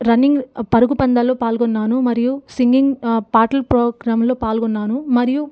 running పరుగు పంద్యాలలో పాల్గొన్నాను మరియు సింగింగ్ పాటల ప్రోగ్రాంలో పాల్గొన్నాను మరియు